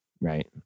Right